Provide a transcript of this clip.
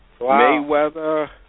Mayweather